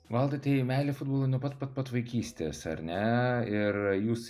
valdai tai meilė futbolui nuo pat pat pat vaikystės ar ne ir jūs